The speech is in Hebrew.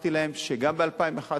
והוכחתי להם שגם ב-2011